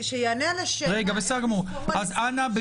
שיענה על השאלה - איך נבחרו הנציגים שלכם?